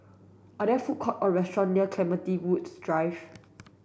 are there food court or restaurant near Clementi Woods Drive